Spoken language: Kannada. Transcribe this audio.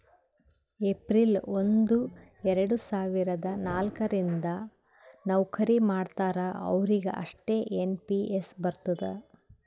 ಏಪ್ರಿಲ್ ಒಂದು ಎರಡ ಸಾವಿರದ ನಾಲ್ಕ ರಿಂದ್ ನವ್ಕರಿ ಮಾಡ್ತಾರ ಅವ್ರಿಗ್ ಅಷ್ಟೇ ಎನ್ ಪಿ ಎಸ್ ಬರ್ತುದ್